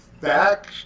Back